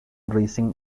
racing